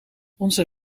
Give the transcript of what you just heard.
onze